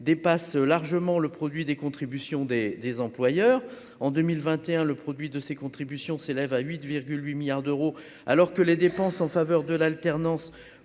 dépasse largement le produit des contributions des des employeurs en 2021, le produit de ces contributions s'élève à 8 8 milliards d'euros, alors que les dépenses en faveur de l'alternance